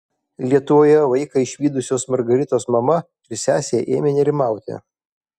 lietuvoje vaiką išvydusios margaritos mama ir sesė ėmė nerimauti